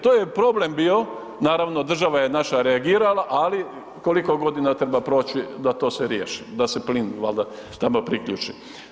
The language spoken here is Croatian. To je problem bio, naravno, država je naša reagirala, ali koliko godina treba proći da to sve riješimo, da se plin valjda nama priključi.